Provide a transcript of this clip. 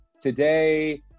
today